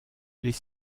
les